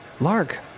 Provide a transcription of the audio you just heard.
Lark